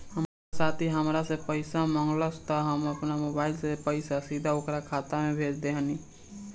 हमार साथी हामरा से पइसा मगलस त हम आपना मोबाइल से पइसा सीधा ओकरा खाता में भेज देहनी